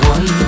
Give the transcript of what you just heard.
One